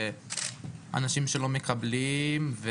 אנשים שלא מקבלים,